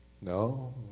No